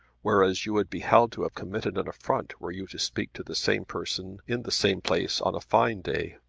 whereas you would be held to have committed an affront were you to speak to the same person in the same place on a fine day.